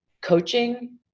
Coaching